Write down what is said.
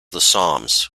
psalms